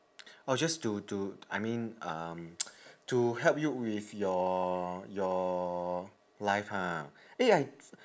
oh just to to I mean um to help you with your your life ha eh I